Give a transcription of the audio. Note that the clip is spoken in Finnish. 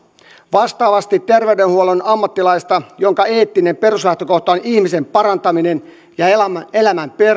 vastaavasti terveydenhuollon ammattilaista jonka eettinen peruslähtökohta on ihmisen parantaminen ja elämän elämän